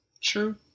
True